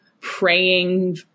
praying